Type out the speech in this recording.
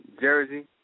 jersey